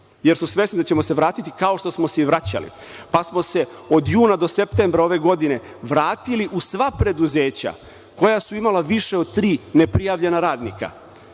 jer su svesni da ćemo se vratiti, kao što smo se i vraćali. Od juna do septembra ove godine vratili smo se u sva preduzeća koja su imala više od tri neprijavljena radnika,